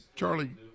Charlie